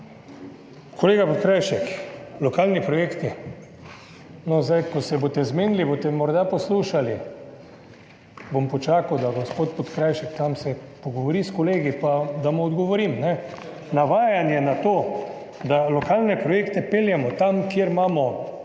Kolega Podkrajšek, lokalni projekti. / oglašanje iz dvorane/ No, zdaj, ko se boste zmenili, boste morda poslušali. Bom počakal, da se gospod Podkrajšek pogovori s kolegi, da mu odgovorim. Navajanje na to, da lokalne projekte peljemo tam, kjer imamo